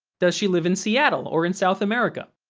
does she live in seattle, or in south america?